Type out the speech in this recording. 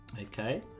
Okay